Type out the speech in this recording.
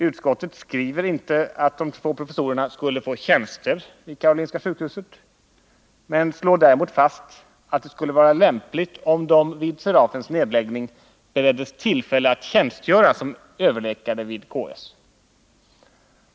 Utskottet skriver inte att de två professorerna skulle få tjänster vid Karolinska sjukhuset men slår däremot fast att det skulle vara lämpligt om de vid Serafens nedläggning bereddes tillfälle att tjänstgöra som överläkare vid KS.